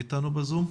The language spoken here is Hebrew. היא איתנו בזום.